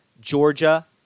Georgia